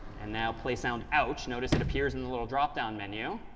and now play sound ouch. notice it appears in the little drop down menu.